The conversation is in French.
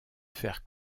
faire